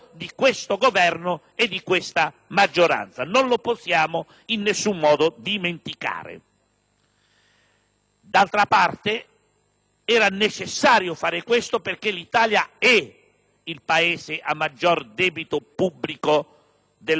D'altra parte, era necessario agire così perché l'Italia è il Paese a maggior debito pubblico dell'Occidente in rapporto alla sua economia e questo è un problema che abbiamo molto ben presente.